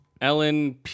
Ellen